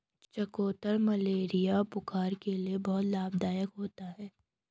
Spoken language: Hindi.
चकोतरा मलेरिया बुखार में बहुत लाभदायक होता है